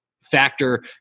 factor